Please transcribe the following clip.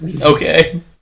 Okay